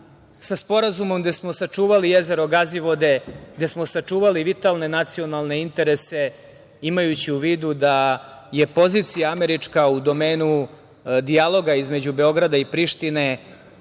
sa sporazumom gde smo sačuvali jezero Gazivode, gde smo sačuvali vitalne nacionalne interese, imajući u vidu da je pozicija američka u domenu dijaloga između Beograda i Prištine